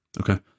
Okay